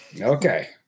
Okay